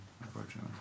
unfortunately